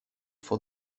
for